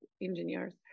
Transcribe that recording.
engineers